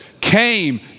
came